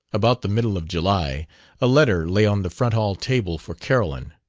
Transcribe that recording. about the middle of july a letter lay on the front-hall table for carolyn.